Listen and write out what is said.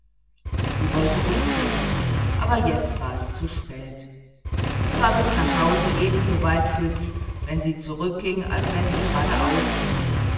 sie wollte umkehren aber jetzt war es zu spät es war bis nach hause ebenso weit für sie wenn sie zurückging als wenn sie geradeaus ging